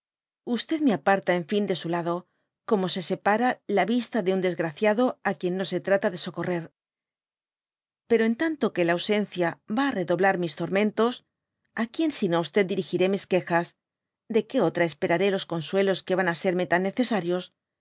me aparta en fin de su lado como se separa la yista de un desgraciado á quien no se trata de socorrer pero en tanto que la ausencia ya á redoblar mis tormentos á quien sino á dirigiré mis quejas de que otra esperaré los consuelos que yan á serme tan necesarios